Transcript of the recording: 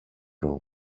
room